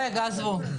רגע, עזבו.